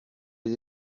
les